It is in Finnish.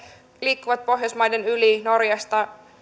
liikkuvat pohjoismaiden yli norjasta